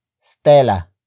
Stella